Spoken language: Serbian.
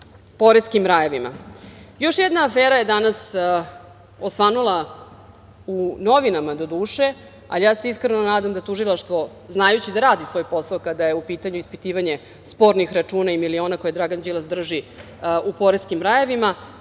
poreskim rajevima. Još jedna afera je danas osvanula, u novinama, doduše, ali ja se iskreno nadam da tužilaštvo, znajući da radi svoj posao kada je u pitanju ispitivanje spornih računa i miliona koje Dragan Đilas drži u poreskim rajevima,